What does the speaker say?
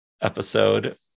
episode